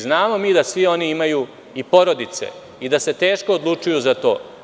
Znamo mi da svi oni imaju i porodice i da se teško odlučuju za to.